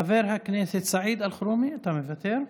חבר הכנסת סעיד אלחרומי, אתה מוותר.